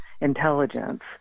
intelligence